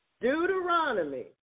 Deuteronomy